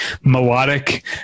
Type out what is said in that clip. melodic